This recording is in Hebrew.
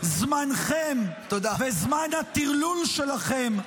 זמנכם וזמן הטרלול שלכם,